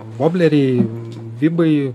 vobleriai vibai